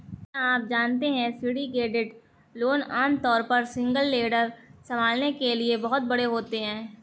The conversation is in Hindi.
क्या आप जानते है सिंडिकेटेड लोन आमतौर पर सिंगल लेंडर संभालने के लिए बहुत बड़े होते हैं?